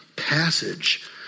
passage